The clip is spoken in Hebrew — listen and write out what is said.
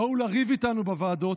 בואו לריב איתנו בוועדות,